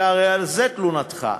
שהרי על זה תלונתך,